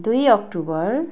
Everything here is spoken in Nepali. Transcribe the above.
दुई अक्टोबर